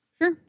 Sure